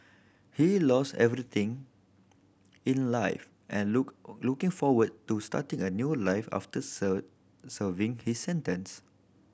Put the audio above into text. he lost everything in life and look looking forward to starting a new life after serving his sentence